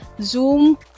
Zoom